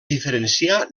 diferenciar